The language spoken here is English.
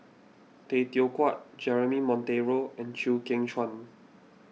Tay Teow Kiat Jeremy Monteiro and Chew Kheng Chuan